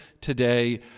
today